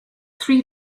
three